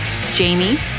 Jamie